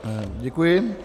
Děkuji.